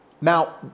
Now